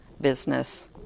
business